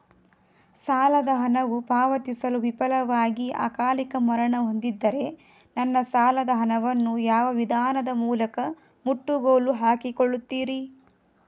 ಸಾಲದ ಹಣವು ಪಾವತಿಸಲು ವಿಫಲವಾಗಿ ಅಕಾಲಿಕ ಮರಣ ಹೊಂದಿದ್ದರೆ ನನ್ನ ಸಾಲದ ಹಣವನ್ನು ಯಾವ ವಿಧಾನದ ಮೂಲಕ ಮುಟ್ಟುಗೋಲು ಹಾಕಿಕೊಳ್ಳುತೀರಿ?